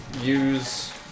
use